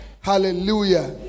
Hallelujah